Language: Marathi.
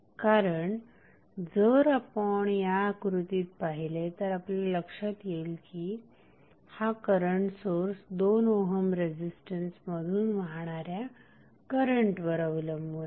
कारण जर आपण या आकृतीत पाहिले तर आपल्या लक्षात येईल की हा करंट सोर्स 2 ओहम रेझिस्टन्समधुन वाहणाऱ्या करंटवर अवलंबून आहे